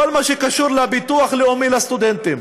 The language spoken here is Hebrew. כל מה שקשור לביטוח לאומי לסטודנטים.